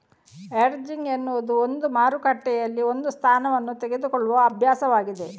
hedging ಎನ್ನುವುದು ಒಂದು ಮಾರುಕಟ್ಟೆಯಲ್ಲಿ ಒಂದು ಸ್ಥಾನವನ್ನು ತೆಗೆದುಕೊಳ್ಳುವ ಅಭ್ಯಾಸವಾಗಿದೆ